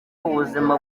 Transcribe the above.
ubuzima